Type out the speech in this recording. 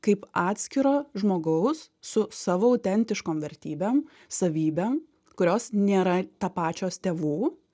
kaip atskiro žmogaus su savo autentiškom vertybėm savybėm kurios nėra tapačios tėvų